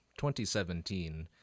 2017